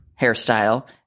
hairstyle